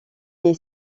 est